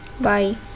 bye